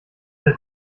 alle